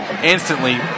instantly